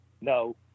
No